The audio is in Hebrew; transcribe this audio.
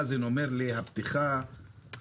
מאזן אומר לי שהפתיחה מצוינת,